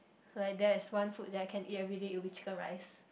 like there is one food that I can everyday it will be chicken-rice